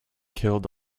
killed